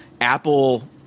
Apple